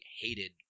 hated